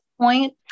point